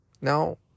Now